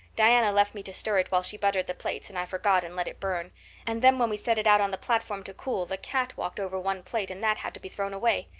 diana left me to stir it while she buttered the plates and i forgot and let it burn and then when we set it out on the platform to cool the cat walked over one plate and that had to be thrown away.